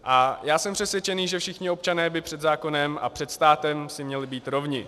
A já jsem přesvědčený, že všichni občané by si před zákonem a před státem měli být rovni.